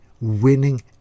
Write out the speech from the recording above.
Winning